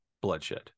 bloodshed